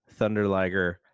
Thunderliger –